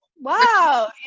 Wow